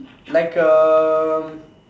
like a